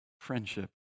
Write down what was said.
friendship